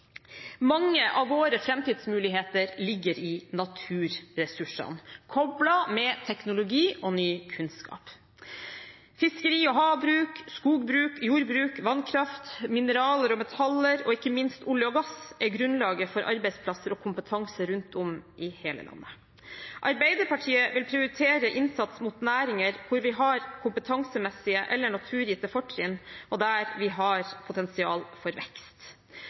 Mange av våre framtidsmuligheter ligger i naturressursene koblet med teknologi og ny kunnskap. Fiskeri og havbruk, skogbruk, jordbruk, vannkraft, mineraler og metaller og, ikke minst, olje og gass er grunnlaget for arbeidsplasser og kompetanse rundt om i hele landet. Arbeiderpartiet vil prioritere innsats for næringer hvor vi har kompetansemessige eller naturgitte fortrinn, og der vi har potensial for vekst.